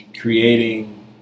Creating